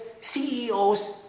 CEOs